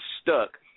stuck